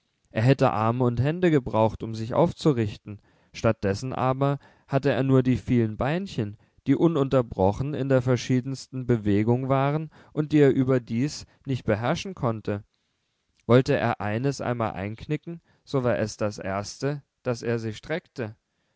er hätte arme und hände gebraucht um sich aufzurichten statt dessen aber hatte er nur die vielen beinchen die ununterbrochen in der verschiedensten bewegung waren und die er überdies nicht beherrschen konnte wollte er eines einmal einknicken so war es das erste daß er sich streckte